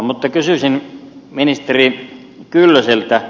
mutta kysyisin ministeri kyllöseltä